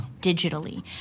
digitally